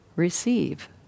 Receive